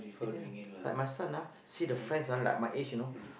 itulah like my son ah see the friends ah like my age you know